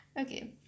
Okay